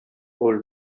old